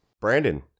Brandon